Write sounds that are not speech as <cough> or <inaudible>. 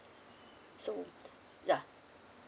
so <noise> yeah